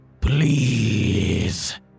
Please